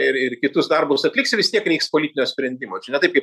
ir ir kitus darbus atliksi vis tiek reiks politinio sprendimo čia ne taip kaip